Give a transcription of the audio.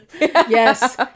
Yes